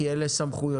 כי אלה סמכויותיה.